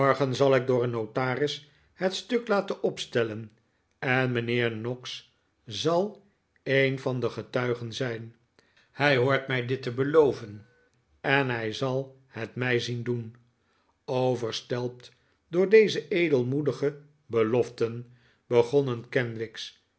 morgen zal ik door een notaris het stuk laten opstellen en mijnheer noggs zal een van de getuigen zijn hij hoort mij dit beloven en hij zal het mij zien doen overstelpt door deze edelmoedige beloften begonnen kenwigs